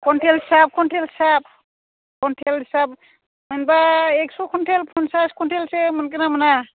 quintal हिसाब quintal हिसाब quintal हिसाब मोनब्ला एकस' कुन्टेल पन्सास कन्टेलसो मोनगोन ना मोना